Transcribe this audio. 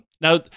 Now